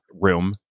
room